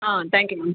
ah thank you ma'am